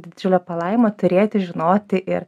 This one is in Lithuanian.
didžiulė palaima turėti žinoti ir